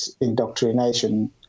Indoctrination